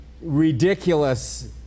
ridiculous